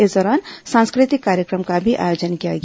इस दौरान सांस्कृतिक कार्यक्रम का भी आयोजन किया गया